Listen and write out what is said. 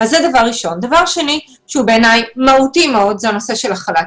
דבר שני שבעיניי הוא מהותי מאוד זה הנושא של החל"ת.